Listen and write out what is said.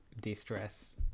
De-stress